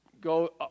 go